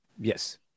Yes